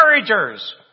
encouragers